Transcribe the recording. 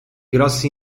grossi